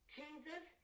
jesus